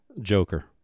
Joker